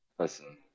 Listen